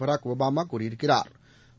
Barack Obama கூறியிருக்கிறா்